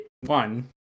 one